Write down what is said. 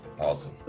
Awesome